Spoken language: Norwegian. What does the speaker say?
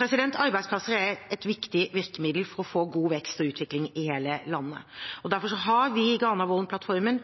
Arbeidsplasser er et viktig virkemiddel for å få god vekst og utvikling i hele landet. Derfor har vi